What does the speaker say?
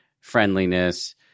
friendliness